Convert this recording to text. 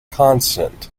constant